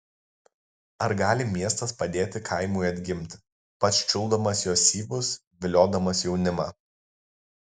ar gali miestas padėti kaimui atgimti pats čiulpdamas jo syvus viliodamas jaunimą